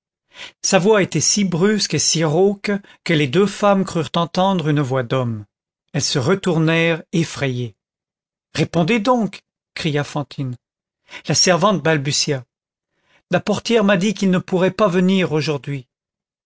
sa voix était si brusque et si rauque que les deux femmes crurent entendre une voix d'homme elles se retournèrent effrayées répondez donc cria fantine la servante balbutia la portière m'a dit qu'il ne pourrait pas venir aujourd'hui